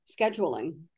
scheduling